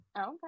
Okay